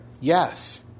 Yes